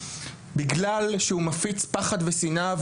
בגלל שהוא מפיץ פחד ושנאה,